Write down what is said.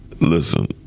listen